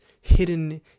hidden